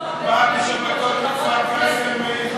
רעיון טוב, את באה בשבתות לכפר-קאסם?